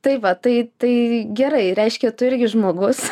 tai va tai tai gerai reiškia tu irgi žmogus